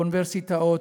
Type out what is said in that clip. באוניברסיטאות,